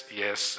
yes